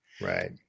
Right